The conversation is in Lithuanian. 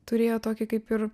turėjo tokį kaip ir